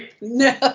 No